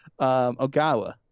Ogawa